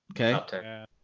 okay